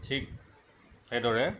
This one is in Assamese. ঠিক এইদৰে